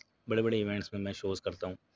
بڑے بڑے ایوینٹس میں میں شوز کرتا ہوں